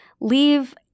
leave